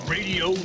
Radio